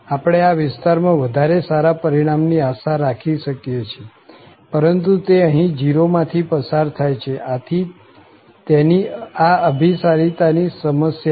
આપણે આ વિસ્તાર માં વધારે સારા પરિણામ ની આશા રાખી શકીએ છીએ પરંતુ તે અહીં 0 માં થી પસાર થાય છે આથી તેની આ અભીસારિતા ની સમસ્યા છે